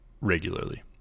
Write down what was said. regularly